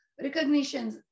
recognitions